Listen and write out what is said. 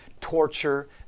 torture